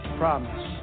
promise